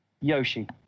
Yoshi